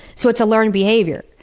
so it's a learned behavior.